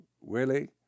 Willie